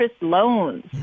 loans